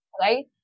Right